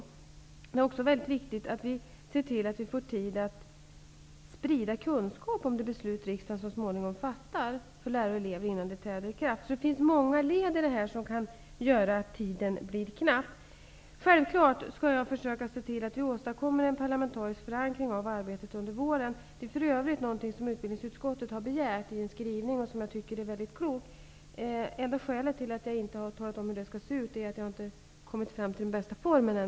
Det är också väldigt viktigt att vi ser till att vi får tid att bland lärare och elever sprida kunskap om det beslut som riksdagen så småningom fattar innan det träder i kraft. Det finns alltså många led, och det kan göra att tiden blir knapp. Självfallet skall jag försöka se till att vi åstadkommer en parlamentarisk förankring av arbetet under våren. Det är för övrigt något som utbildningsutskottet har begärt i en skrivning och som jag tycker är väldigt klokt. Det enda skälet till att jag inte har talat om hur denna parlamentariska förankring skall se ut är att jag ännu inte har kommit fram till den bästa formen.